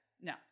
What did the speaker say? No